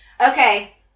Okay